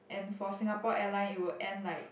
and for Singapore Airline it will end like